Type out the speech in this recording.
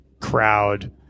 crowd